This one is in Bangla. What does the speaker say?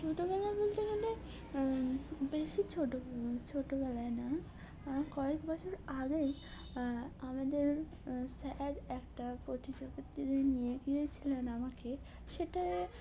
ছোটোবেলা বলতে গেলে বেশি ছোট ছোটোবেলায় না কয়েক বছর আগেই আমাদের স্যার একটা প্রতিযোগিতায় নিয়ে গিয়েছিলেন আমাকে সেটা